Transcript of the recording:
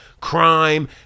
crime